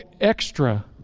extra